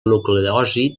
nucleòsid